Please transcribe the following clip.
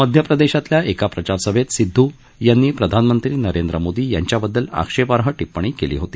मध्यप्रदेशातल्या एका प्रचारसभेत सिध्दू याती प्रधानमक्ती नरेंद्र मोदी याच्याबद्दल आक्षेपाई टिपण्णी केली होती